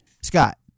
Scott